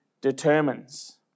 determines